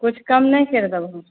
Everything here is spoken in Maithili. किछु कम नहि करि देबहो